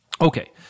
Okay